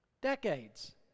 decades